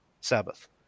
Sabbath